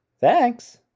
Thanks